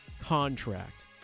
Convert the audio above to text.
contract